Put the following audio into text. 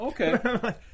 Okay